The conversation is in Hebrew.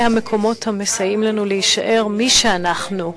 אלה המקומות המסייעים לנו להישאר מי שאנחנו,